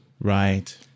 Right